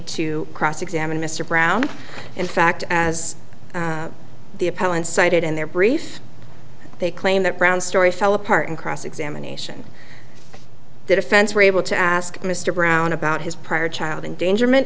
to cross examine mr brown in fact as the appellant cited in their brief they claim that brown story fell apart in cross examination the defense were able to ask mr brown about his prior child endangerment